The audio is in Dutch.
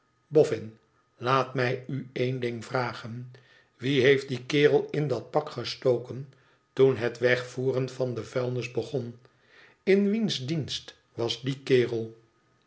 laat mij u één ding vragen wie heeft dien kerel in dat pak gestoken toen het wegvoeren van de vuilnis begon in wiens dienst was die kerel